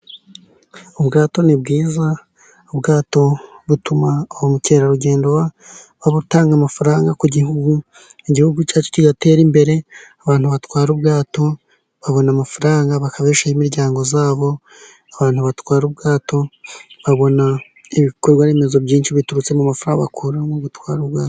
Ubwato ni bwiza, ubwato butuma ba mukerarugendo batanga amafaranga ku gihugu, igihugu cyacu kigatera imbere. Abantu batwara ubwato babona amafaranga, bakabeshaho imiryango yabo, abantu batwara ubwato babona ibikorwa remezo byinshi biturutse mu mafaranga bakura mu gutwara ubwato.